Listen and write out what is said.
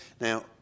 now